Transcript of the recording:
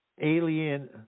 alien